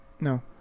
No